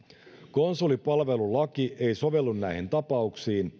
konsulipalvelulaki ei sovellu näihin tapauksiin